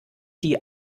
die